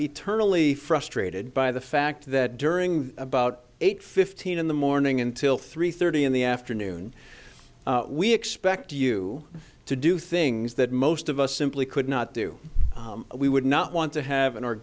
eternally frustrated by the fact that during about eight fifteen in the morning until three thirty in the afternoon we expect you to do things that most of us simply could not do we would not want to have an o